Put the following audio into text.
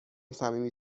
صمیمی